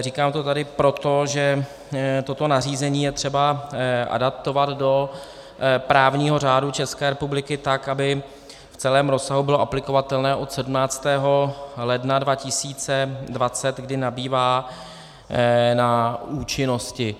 Říkám to tady proto, že toto nařízení je třeba adaptovat do právního řádu České republiky tak, aby v celém rozsahu bylo aplikovatelné od 17. ledna 2020, kdy nabývá na účinnosti.